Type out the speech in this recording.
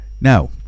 Now